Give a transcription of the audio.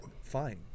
fine